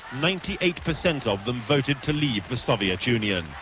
ninety eight percent of them voted to leave the soviet union.